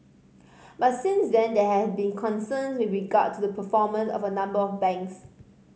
but since then there have been concerns with regard to the performance of a number of banks